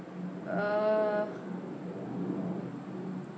uh